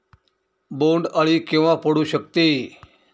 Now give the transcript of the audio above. बोंड अळी केव्हा पडू शकते?